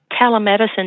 telemedicine